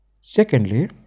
Secondly